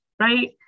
right